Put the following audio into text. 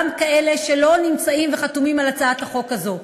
גם כאלה שלא נמצאים וחתומים על הצעת החוק הזאת,